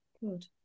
good